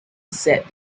said